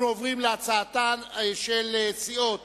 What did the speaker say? אנחנו עוברים להצעתן של סיעות